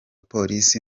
polisi